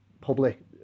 public